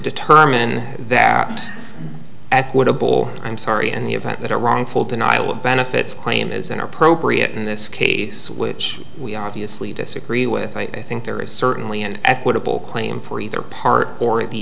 determine that equitable i'm sorry in the event that a wrongful denial of benefits claim is inappropriate in this case which we obviously disagree with i think there is certainly an equitable claim for either part or the